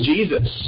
Jesus